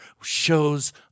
shows